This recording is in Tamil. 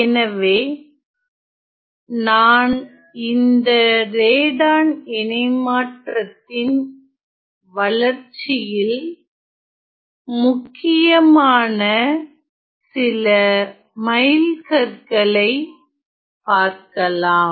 எனவே நான் இந்த ரேடான் இணைமாற்றத்தின் வளர்ச்சியில் முக்கியமான சில மைல்கற்களை பார்க்கலாம்